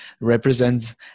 represents